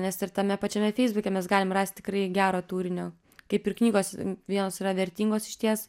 nes ir tame pačiame feisbuke mes galim rast tikrai gero turinio kaip ir knygos vienos yra vertingos išties